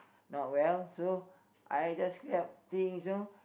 not well so I just help things you know